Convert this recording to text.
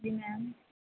ਹਾਂਜੀ ਮੈਮ